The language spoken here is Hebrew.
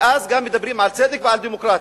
ואז גם מדברים על צדק ועל דמוקרטיה.